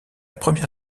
première